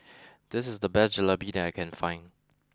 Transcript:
this is the best Jalebi that I can find